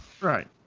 Right